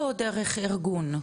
או דרך ארגון?